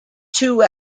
two